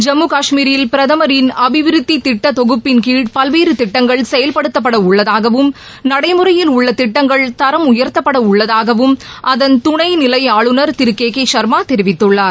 ஜம்மு காஷ்மீரில் பிரதமரின் அபிவிருத்தி திட்ட தொகுப்பின்கீழ் பல்வேறு திட்டங்கள் செயல்படுத்தப்பட உள்ளதாகவும் நடைமுறையில் உள்ள திட்டங்கள் தரம் உயர்த்தப்பட உள்ளதாகவும் அதன் துணைநிலை ஆளுநர் திரு கே கே சர்மா தெரிவித்துள்ளார்